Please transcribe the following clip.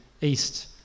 east